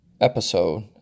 episode